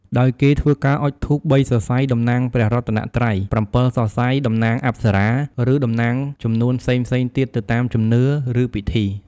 ដោយគេធ្វើការអុជធូប ៣ សរសៃតំណាងព្រះរតនត្រ័យ ៧ សរសៃតំណាងអប្សរា ឬតំណាងចំនួនផ្សេងៗទៀតទៅតាមជំនឿ ឬពិធី។